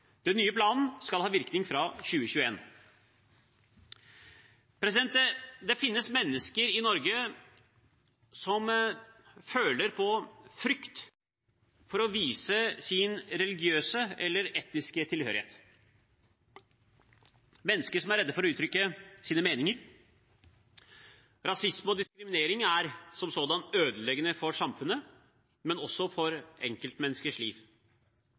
Den nye planen skal ha virkning fra 2021. Det finnes mennesker i Norge som føler på frykt for å vise sin religiøse eller etniske tilhørighet, mennesker som er redde for å uttrykke sine meninger. Rasisme og diskriminering er som sådan ødeleggende for samfunnet, men også for enkeltmenneskers liv.